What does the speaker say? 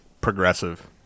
progressive